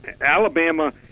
Alabama